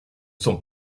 sont